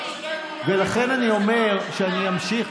ולכן אני אומר שאני אמשיך,